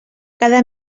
cada